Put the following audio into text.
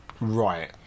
Right